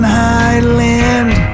highland